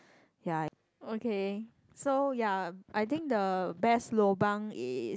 ya okay so ya I think the best lobang is